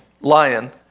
lion